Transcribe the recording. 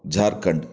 Jharkhand